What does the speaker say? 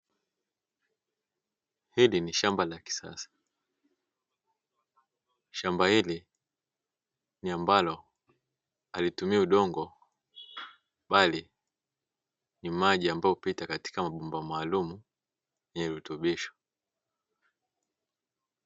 Hili ni shamba la kisasa. Shamba hili ni ambalo halitumi udongo, bali ni maji ambayo hupita katika bomba maalumu lenye virutubisho.